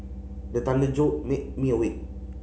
the thunder jolt me me awake